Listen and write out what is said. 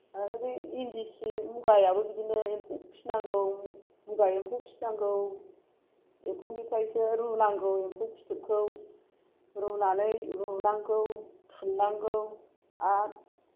आरो बै इन्दि सि मुगायाबो बिदिनो एम्फौ फिसिनांगौ मुगा एम्फौ फिसिनांगौ एम्फौनिफ्रायसो रुनांगौ एम्फौ फिथोबखौ रुनानै लुनांगौ थुननांगौ आरो